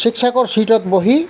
শিক্ষকৰ ছিটত বহি